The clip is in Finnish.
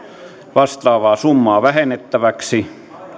vastaavaa summaa vähennettäväksi